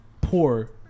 poor